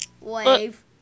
Wave